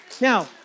Now